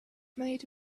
made